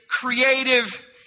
creative